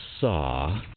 saw